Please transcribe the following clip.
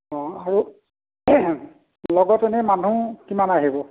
অ' আৰু লগত এনেই মানুহ কিমান আহিব